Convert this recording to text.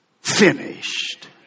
finished